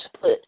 put